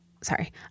Sorry